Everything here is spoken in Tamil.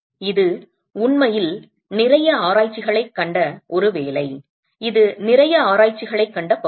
இது உண்மையில் நிறைய ஆராய்ச்சிகளைக் கண்ட ஒரு வேலை இது நிறைய ஆராய்ச்சிகளைக் கண்ட பகுதி